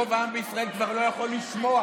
רוב העם בישראל כבר לא יכול לשמוע,